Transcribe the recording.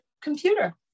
computer